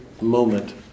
moment